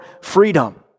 freedom